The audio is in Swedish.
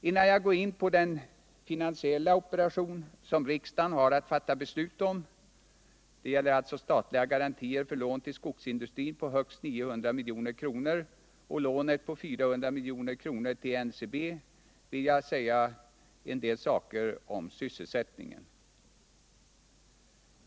Innan jag går in på den finansiella operation som riksdagen har att fatta beslut om — det gäller alltså statliga garantier för lån till skogsindustrin på högst 900 milj.kr. och ett lån på 400 milj.kr. till NCB — vill jag också säga något om sysselsättningen.